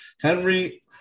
Henry